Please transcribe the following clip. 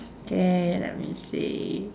K let me see